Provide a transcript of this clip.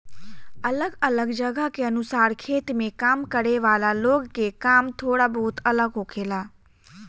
अलग अलग जगह के अनुसार खेत में काम करे वाला लोग के काम थोड़ा बहुत अलग होखेला